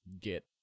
get